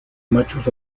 machos